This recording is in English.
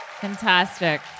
fantastic